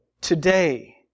Today